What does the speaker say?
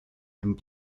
and